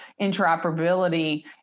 interoperability